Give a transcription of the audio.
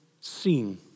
seen